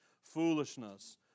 foolishness